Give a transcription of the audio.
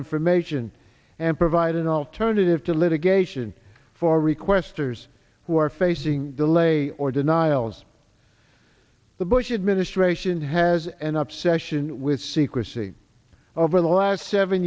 information and provide an alternative to litigation for requesters who are facing delay or denials the bush administration has an obsession with secrecy over the last seven